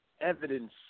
evidence